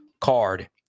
card